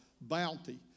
bounty